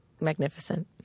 magnificent